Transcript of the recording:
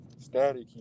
static